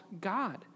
God